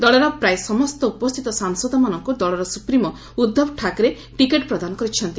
ଦଳର ପ୍ରାୟ ସମସ୍ତ ଉପସ୍ଥିତ ସାଂସଦ ମାନଙ୍କୁ ଦଳର ସୁପ୍ରିମୋ ଉଦ୍ଧବ ଠାକ୍ରେ ଟିକଟ ପ୍ରଦାନ କରିଛନ୍ତି